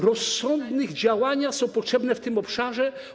Rozsądne działania są potrzebne w tym obszarze.